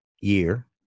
year